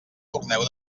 torneu